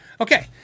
okay